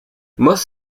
most